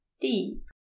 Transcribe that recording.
deep